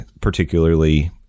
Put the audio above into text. particularly